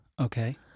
Okay